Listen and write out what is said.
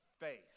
Faith